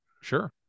Sure